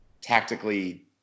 tactically